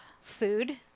Food